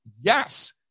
Yes